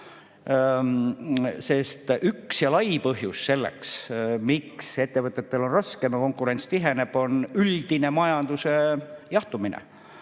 õiged. Üks ja lai põhjus selleks, miks ettevõtetel on raskem ja konkurents tiheneb, on üldine majanduse jahtumine.